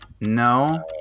No